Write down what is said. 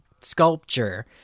sculpture